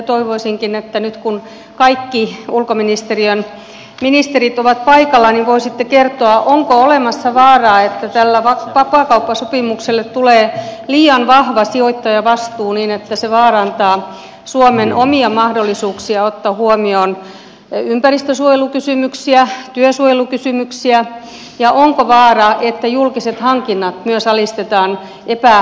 toivoisinkin että nyt kun kaikki ulkoministeriön ministerit ovat paikalla niin voisitte kertoa onko olemassa vaaraa että tälle vapaakauppasopimukselle tulee liian vahva investointisuoja niin että se vaarantaa suomen omia mahdollisuuksia ottaa huomioon ympäristönsuojelukysymyksiä työsuojelukysymyksiä ja onko vaaraa että julkiset hankinnat myös alistetaan epäterveelle kilpailulle